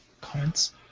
comments